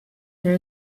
her